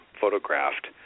photographed